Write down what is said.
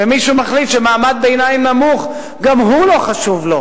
ומישהו מחליט שמעמד ביניים נמוך גם הוא לא חשוב לו.